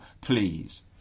please